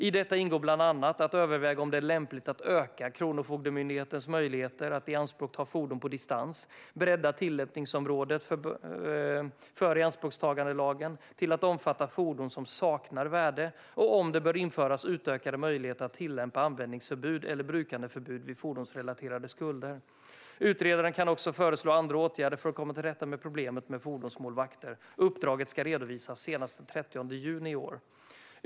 I detta ingår bland annat att överväga om det är lämpligt att öka Kronofogdemyndighetens möjligheter att ianspråkta fordon på distans, att bredda tillämpningsområdet för ianspråktagandelagen till att omfatta fordon som saknar värde och om det bör införas utökade möjligheter att tillämpa användningsförbud eller brukandeförbud vid fordonsrelaterade skulder. Utredaren kan också föreslå andra åtgärder för att komma till rätta med problemet med fordonsmålvakter. Uppdraget ska redovisas senast den 30 juni i år.